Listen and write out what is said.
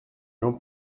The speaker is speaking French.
jean